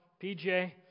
PJ